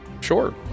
sure